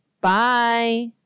Bye